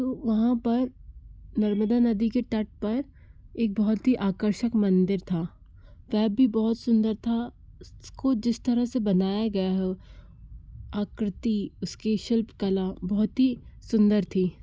तो वहाँ पर नर्मदा नदी के तट पर एक बहुत ही आकर्षक मंदिर था पैब भी बहुत सुंदर था उसको जिस तरह से बनाया गया हो आकृति उसकी शिल्प कला बहुत ही सुंदर थी